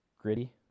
Gritty